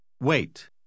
Wait